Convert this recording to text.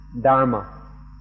dharma